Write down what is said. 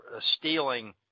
stealing